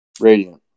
Radiant